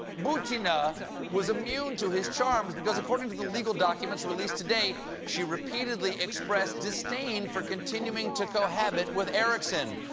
butina was immune to his charms, because according to the legal documents released today, she repeatedly expressed disdain for continuing to cohabitate with erickson.